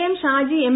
M Shaji M